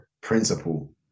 principle